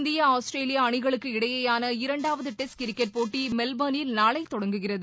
India Australia அணிகளுக்கு இடையேயான இரண்டாவது டெஸ்ட் கிரிக்கெட் போட்டி மெல்பர்னில் நாளை தொடங்குகிறது